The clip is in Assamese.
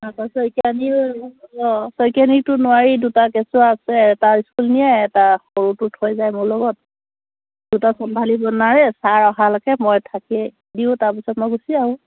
তাৰ পাছত শইকীয়ানীৰ অঁ শইকীয়ানীৰটো নোৱাৰি দুটা কেঁচুৱা আছে এটা স্কুল নিয়ে এটা সৰুটো থৈ যায় মোৰ লগত দুটা চম্ভালিব নোৱাৰে ছাৰ অহালৈকে মই থাকিয়েই দিওঁ তাৰপিছত মই গুছি আহোঁ